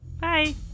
bye